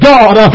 God